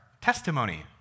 testimony